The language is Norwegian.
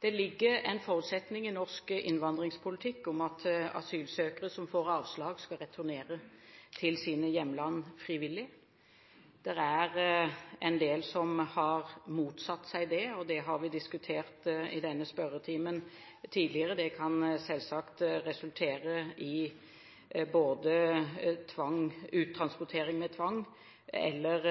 Det ligger en forutsetning i norsk innvandringspolitikk om at asylsøkere som får avslag, skal returnere til sine hjemland frivillig. Det er en del som har motsatt seg det, og det har vi diskutert i denne spørretimen tidligere. Det kan selvsagt resultere i uttransportering med tvang eller